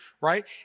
right